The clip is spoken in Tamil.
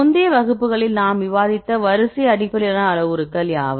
முந்தைய வகுப்புகளில் நாம் விவாதித்த வரிசை அடிப்படையிலான அளவுருக்கள் யாவை